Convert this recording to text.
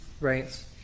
right